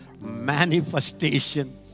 manifestation